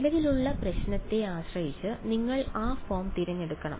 നിലവിലുള്ള പ്രശ്നത്തെ ആശ്രയിച്ച് നിങ്ങൾ ആ ഫോം തിരഞ്ഞെടുക്കണം